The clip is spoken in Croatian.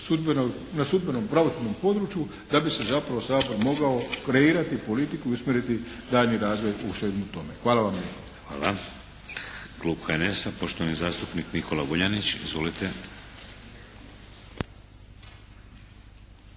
na sudbenom pravosudnom području da bi se zapravo Sabor mogao kreirati politiku i usmjeriti daljnji razvoj u svemu tome. Hvala vam lijepa. **Šeks, Vladimir (HDZ)** Hvala. Klub HNS-a poštovani zastupnik Nikola Vuljanić. Izvolite.